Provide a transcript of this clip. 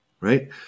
Right